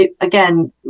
again